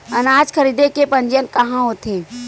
अनाज खरीदे के पंजीयन कहां होथे?